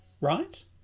right